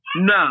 No